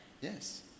Yes